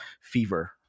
fever